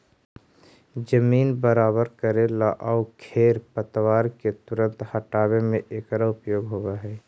जमीन बराबर कऽरेला आउ खेर पतवार के तुरंत हँटावे में एकरा उपयोग होवऽ हई